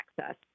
access